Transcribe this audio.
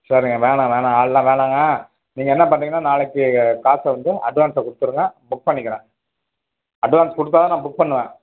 சரிங்க வேணால் வேணால் ஆளுல்லாம் வேணாங்க நீங்கள் என்ன பண்ணுறீங்கன்னா நாளைக்கு காசு வந்து அட்வான்ஸை கொடுத்துருங்க புக் பண்ணிக்கிறேன் அட்வான்ஸ் கொடுத்தா தான் நான் புக் பண்ணுவேன்